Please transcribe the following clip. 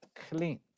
clean